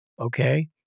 okay